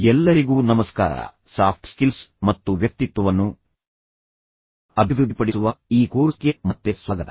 ಎಲ್ಲರಿಗೂ ನಮಸ್ಕಾರ soft skills ಮತ್ತು ವ್ಯಕ್ತಿತ್ವವನ್ನು ಅಭಿವೃದ್ಧಿಪಡಿಸುವ ಈ ಕೋರ್ಸ್ಗೆ ಮತ್ತೆ ಸ್ವಾಗತ